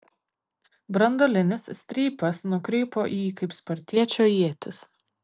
branduolinis strypas nukrypo į jį kaip spartiečio ietis